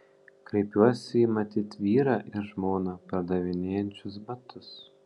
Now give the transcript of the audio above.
kreipiuosi į matyt vyrą ir žmoną pardavinėjančius batus